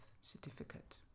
certificate